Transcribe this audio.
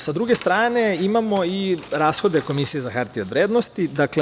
Sa druge strane imamo i rashode Komisije za hartije od vrednosti.